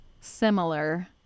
similar